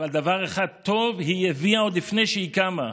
אבל דבר אחד טוב היא הביאה עוד לפני שהיא קמה: